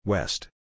West